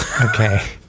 okay